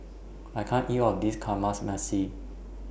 I can't eat All of This Kamameshi